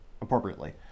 appropriately